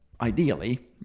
ideally